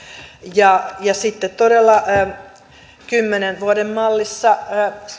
ja ja sitten todella kymmenen vuoden mallissa